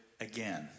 again